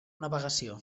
navegació